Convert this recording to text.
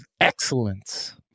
excellence